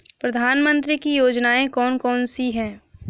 प्रधानमंत्री की योजनाएं कौन कौन सी हैं?